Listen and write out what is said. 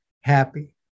happy